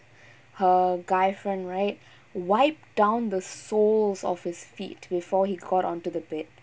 her guy friend right wipe down the soles of his feet before he got onto the bed